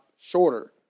shorter